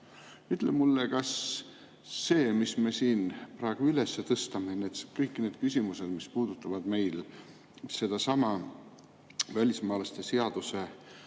Ütle mulle, kas see, mis me siin praegu üles tõstame, kõik need küsimused, mis puudutavad sedasama välismaalaste seaduse